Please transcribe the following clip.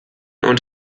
und